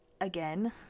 again